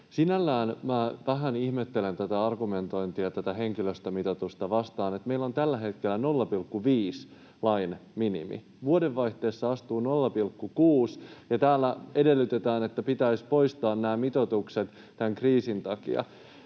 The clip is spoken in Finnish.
Sinällään minä vähän ihmettelen tätä argumentointia tätä henkilöstömitoitusta vastaan. Meillä on tällä hetkellä 0,5 lain minimi. Vuodenvaihteessa astuu 0,6, ja täällä edellytetään, että pitäisi poistaa nämä mitoitukset tämän kriisin takia.